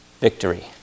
victory